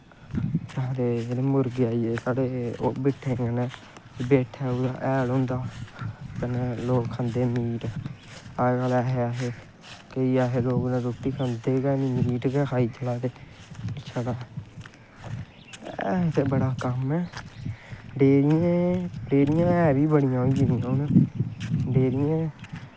केह् आखदे मुर्गे आइये बिठै कन्नै बिठ दा हैल होंदा कन्नै लोग खंदे मीट अजकल्ल ऐसे ऐसे केईं ऐसे लोग न रुट्टी खंदे गै नेईं मीट गै खाही चला दे है ते बड़ा कम्म ऐ डेरियां ऐं बी बड़ियां होई गेदियां हून डेरियां